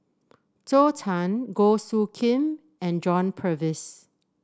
Zhou Can Goh Soo Khim and John Purvis